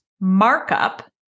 markup